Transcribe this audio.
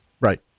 Right